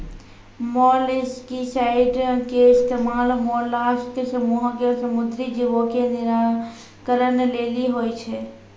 molluscicide के इस्तेमाल mollusc समूहो के समुद्री जीवो के निराकरण लेली होय छै